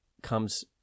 comes